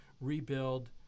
rebuild